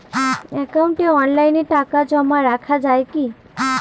একাউন্টে অনলাইনে টাকা জমা রাখা য়ায় কি?